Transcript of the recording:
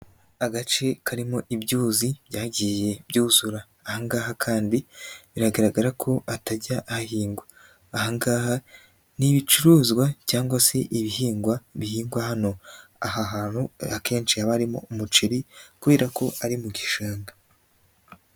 Agace karimo ibyuzi byagiye byuzura ahangaha kandi biragaragara ko hatajya hahingwa, aha ngaha n'ibicuruzwa cyangwa se ibihingwa bihingwa hano, aha hantu akenshi haba harimo umuceri kubera ko ari mu gishanga.